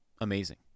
amazing